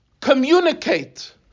communicate